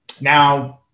Now